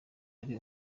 ari